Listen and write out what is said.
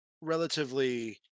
relatively